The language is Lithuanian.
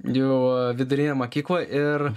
jau vidurinė mokykla ir